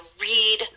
read